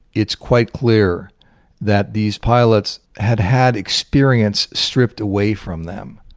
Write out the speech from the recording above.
it's quite clear that these pilots had had experience stripped away from them,